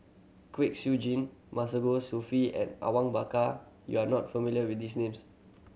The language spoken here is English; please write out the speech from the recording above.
Kwek Siew Jin Masagos Zulkifli and Awang Bakar you are not familiar with these names